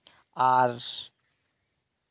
ᱟᱨ